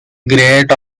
great